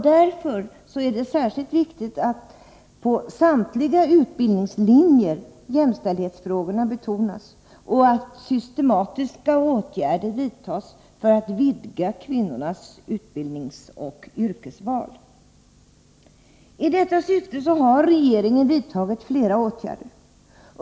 Därför är det särskilt viktigt att jämställdhetsfrågorna betonas på samtliga utbildningslinjer och att systematiska åtgärder vidtas för att vidga kvinnornas utbildningsoch yrkesval. I detta syfte har regeringen vidtagit flera åtgärder.